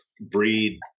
breed